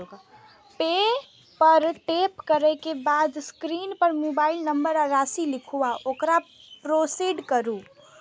पे पर टैप करै के बाद स्क्रीन पर मोबाइल नंबर आ राशि लिखू आ ओकरा प्रोसीड करू